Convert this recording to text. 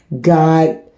God